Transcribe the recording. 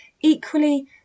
equally